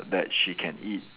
that she can eat